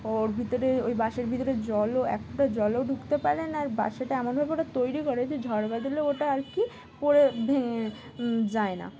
ওর ভিতরে ওই বাসার ভিতরে জলও এক ফোটা জলও ঢুকতে পারেনা আর বাসাটা এমনভাবে ওটা তৈরি করে যে ঝড় বাদলে ওটা আর কি পরে ভেঙে যায় না